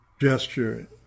gesture